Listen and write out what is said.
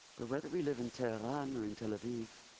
but whether we live in tehran or in tel aviv,